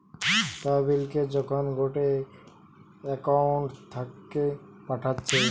তহবিলকে যখন গটে একউন্ট থাকে পাঠাচ্ছে